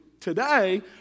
Today